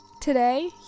Today